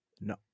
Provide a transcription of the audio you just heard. No